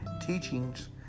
teachings